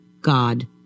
God